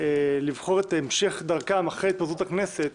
לבחור את המשך דרכם אחרי התפזרות הכנסת